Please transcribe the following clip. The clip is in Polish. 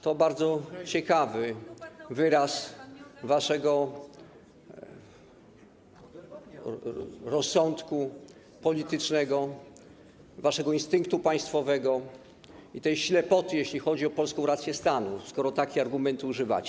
To bardzo ciekawy wyraz waszego rozsądku politycznego, waszego instynktu państwowego i tej ślepoty, jeśli chodzi o polską rację stanu, skoro takich argumentów używacie.